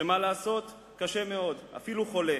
ומה לעשות, הוא קשה מאוד, אפילו חולה.